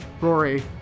Rory